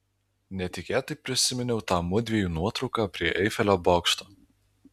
netikėtai prisiminiau tą mudviejų nuotrauką prie eifelio bokšto